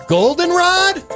Goldenrod